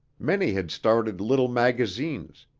many had started little magazines,